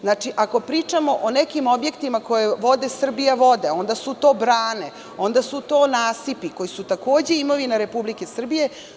Znači, ako pričamo o nekim objektima koje vode „Srbijavode“ onda su to brane, onda su to nasipi, koji su takođe imovina Republike Srbije.